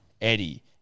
Eddie